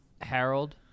Harold